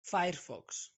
firefox